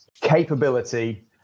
capability